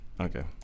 Okay